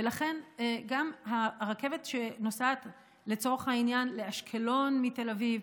ולכן גם הרכבת שנוסעת לצורך העניין לאשקלון מתל אביב,